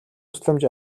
тусламж